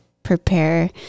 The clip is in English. prepare